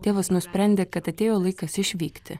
tėvas nusprendė kad atėjo laikas išvykti